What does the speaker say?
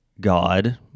God